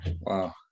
Wow